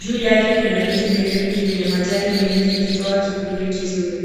Juu yake kuna miti mirefu yenye majani mengi ikitoa kivuli kizuri.